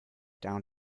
down